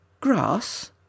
Grass